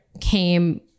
came